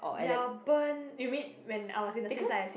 Melbourne you mean when I was in the same flight as him